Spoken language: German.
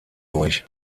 durch